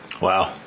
Wow